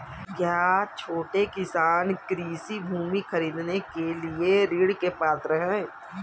क्या छोटे किसान कृषि भूमि खरीदने के लिए ऋण के पात्र हैं?